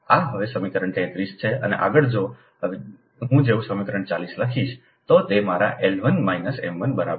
આ હવે સમીકરણ 33 છે અને આગળ જો હું જેવું સમીકરણ 40 લખીશ તો તે મારા L ૧ માઈનસ M ૧ બરાબર છે